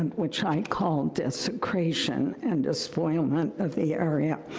and which i call desecration and despoilment of the area?